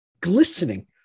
glistening